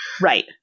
Right